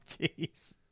Jeez